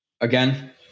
again